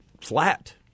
flat